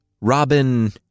Robin